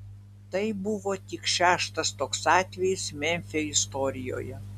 tai buvo tik šeštas toks atvejis memfio istorijoje